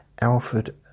Alfred